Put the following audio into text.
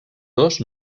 dos